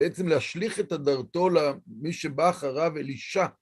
בעצם להשליך את הדרתו למי שבא אחריו, אלישע.